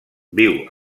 viu